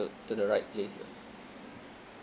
to to the right place ah